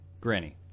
granny